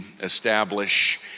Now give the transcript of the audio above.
establish